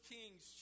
Kings